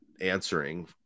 answering